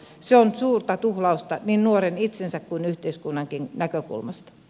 se on suurta tuhlausta niin nuoren itsensä kuin yhteiskunnankin näkökulmasta